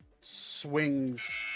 Swings